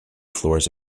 floors